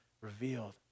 revealed